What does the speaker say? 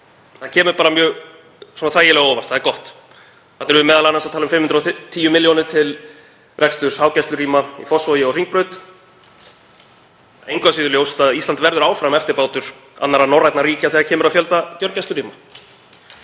Það kemur bara mjög þægilega á óvart. Það er gott. Þarna erum við m.a. að tala um 510 milljónir til reksturs hágæslurýma í Fossvogi og Hringbraut. Það er engu að síður ljóst að Ísland verður áfram eftirbátur annarra norrænna ríkja þegar kemur að fjölda gjörgæslurýma.